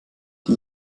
die